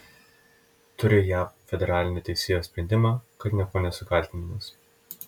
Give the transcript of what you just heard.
turiu jav federalinio teisėjo sprendimą kad niekuo nesu kaltinamas